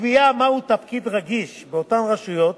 הקביעה מהו תפקיד רגיש באותן רשויות